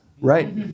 Right